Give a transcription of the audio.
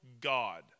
God